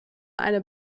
eine